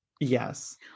Yes